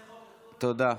תודה.